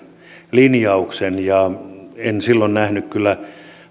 linjauksen enkä silloin nähnyt kyllä